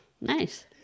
nice